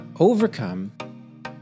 Overcome